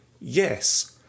yes